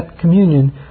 communion